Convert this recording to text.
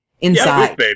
inside